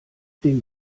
dem